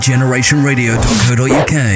GenerationRadio.co.uk